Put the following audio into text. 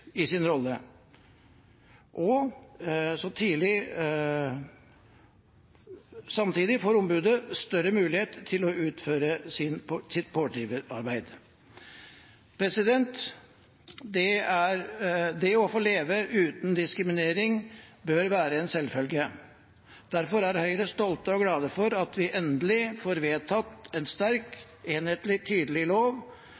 sin rolle. Samtidig får ombudet større mulighet til å utføre sitt pådriverarbeid. Det å få leve uten diskriminering bør være en selvfølge. Derfor er Høyre stolt og glad for at vi endelig får vedtatt en